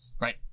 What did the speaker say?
Right